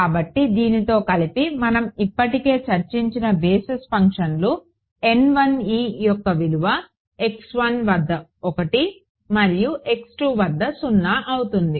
కాబట్టి దీనితో కలిపి మనం ఇప్పటికే చర్చించిన బేసిస్ ఫంక్షన్లు యొక్క విలువ వద్ద 1 మరియు వద్ద 0 అవుతుంది